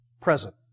Present